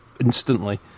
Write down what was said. Instantly